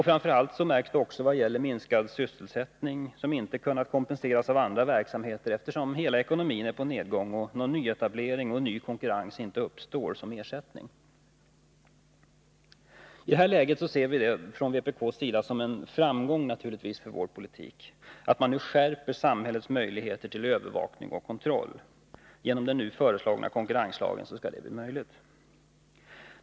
Framför allt märks det när det gäller minskad sysselsättning, som inte kunnat kompenseras av andra verksamheter, eftersom hela ekonomin är på nedgång och någon nyetablering och ny konkurrens inte uppstår som ersättning. I det läget ser vi det från vpk:s sida naturligtvis som en framgång för vår politik att man skärper samhällets möjligheter till övervakning och kontroll genom den nu föreslagna konkurrenslagen.